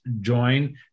join